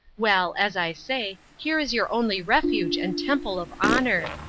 well, as i say, here is your only refuge and temple of honour.